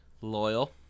Loyal